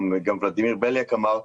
גם ולדימיר בליאק אמר,